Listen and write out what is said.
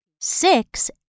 Six